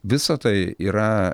visa tai yra